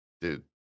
Dude